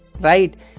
right